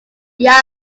yass